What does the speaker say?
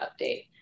update